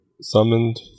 summoned